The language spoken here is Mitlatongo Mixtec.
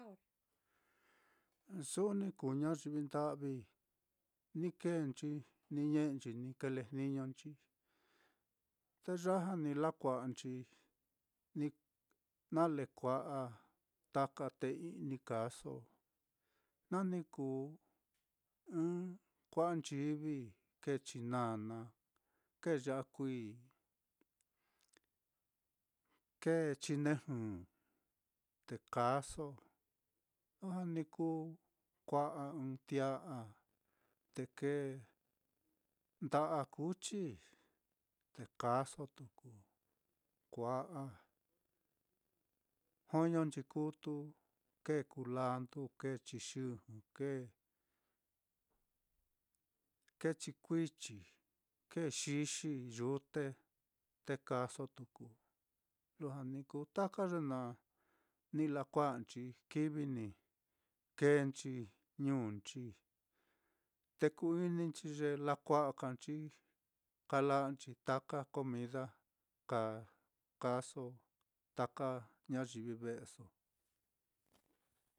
su'u ni kuu ñayivi nda'vi ni keenci ni ñe'enchi, ni kile jniñonchi, te ya ja ni lakua'anchi na-nale kua'a taka té i'ni, kaaso, nani kuu kua'a ɨ́ɨ́n nchivi, kēē chinana, kēē ya'a kuií, kēē chinejɨ te kaaso, lujua ni kuu kua'a ɨ́ɨ́n tia'a te kēē nda'a kuchi te kaaso tuku, kua'a joño nchikutu, kēē kulandu, kēēchiyɨjɨ kēē, kēē chikuichi, kēē xixi yute, te kaaso tuku, lujua ni kuu taka ye naá ni lakua'anchi, kivi ni keenchi ñuunchi, te ku-ininchi ye lakua'a ka nchi ka'anchi taka comida ka kaaso taka ñayivi ve'eso.